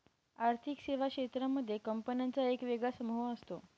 आर्थिक सेवा क्षेत्रांमध्ये कंपन्यांचा एक वेगळा समूह असतो